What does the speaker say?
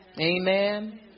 Amen